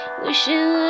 wishing